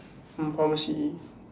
hmm pharmacy